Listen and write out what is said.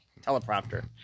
teleprompter